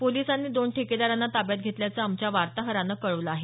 पोलिसांनी दोन ठेकेदारांना ताब्यात घेलत्याचं आमच्या वार्ताहरानं कळवलं आहे